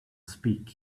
speak